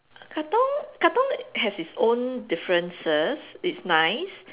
Katong Katong has it's own differences it's nice